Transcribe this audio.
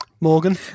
Morgan